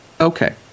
Okay